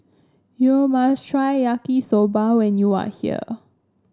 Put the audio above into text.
you must try Yaki Soba when you are here